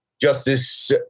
Justice